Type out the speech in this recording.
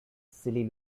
silly